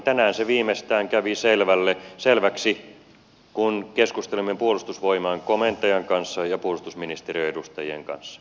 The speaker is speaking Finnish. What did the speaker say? tänään se viimeistään kävi selväksi kun keskustelimme puolustusvoimain komentajan kanssa ja puolustusministeriön edustajien kanssa